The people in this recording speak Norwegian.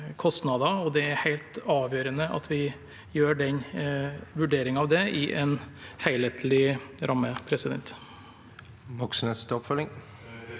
det er helt avgjørende at vi gjør en vurdering av det i en helhetlig ramme. Bjørnar